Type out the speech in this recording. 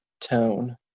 tone